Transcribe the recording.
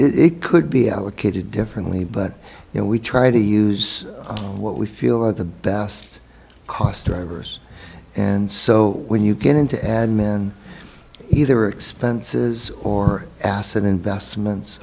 yeah it could be allocated differently but you know we try to use what we feel are the best cost drivers and so when you get into admin either expenses or asset investments